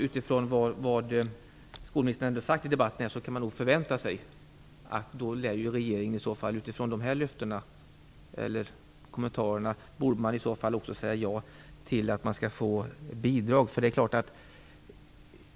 Utifrån det som skolministern sagt i denna debatt kan man förvänta sig att regeringen i enlighet med de här kommentarerna också lär säga ja till bidrag till skolan.